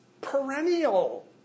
perennial